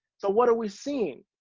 so, what are we seeing?